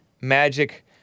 Magic